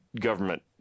government